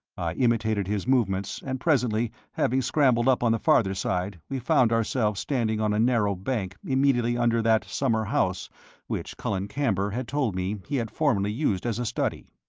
imitated his movements, and presently, having scrambled up on the farther side, we found ourselves standing on a narrow bank immediately under that summer house which colin camber had told me he had formerly used as a study.